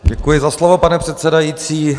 Děkuji za slovo, pane předsedající.